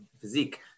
physique